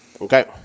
Okay